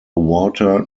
water